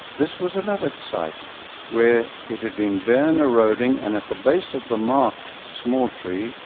this was another site where it had been bare and eroding, and at the base of the marked small tree,